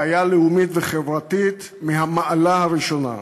בעיה לאומית וחברתית מהמעלה הראשונה.